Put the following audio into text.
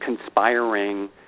conspiring